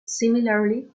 similarly